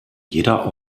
jeder